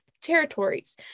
territories